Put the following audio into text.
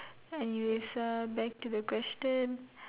anyways uh back to the question